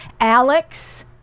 Alex